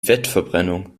fettverbrennung